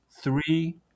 three